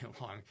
long